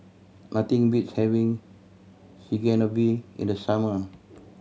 nothing beats having Chigenabe in the summer